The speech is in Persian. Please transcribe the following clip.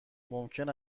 ممکن